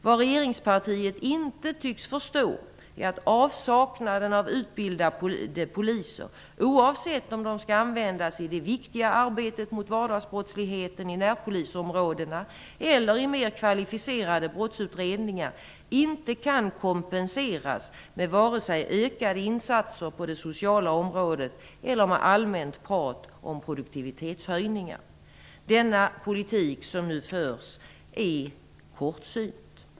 Vad regeringspartiet inte tycks förstå är att avsaknaden av utbildade poliser, oavsett om de skall användas i det viktiga arbetet mot vardagsbrottsligheten i närpolisområdena eller i mer kvalificerade brottsutredningar, inte kan kompenseras med vare sig ökade insatser på det sociala området eller allmänt prat om produktivitetshöjningar. Den politik som nu förs är kortsynt.